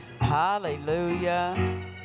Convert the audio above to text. Hallelujah